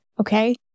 okay